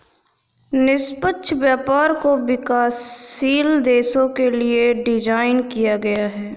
निष्पक्ष व्यापार को विकासशील देशों के लिये डिजाइन किया गया है